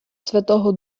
святого